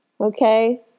okay